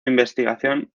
investigación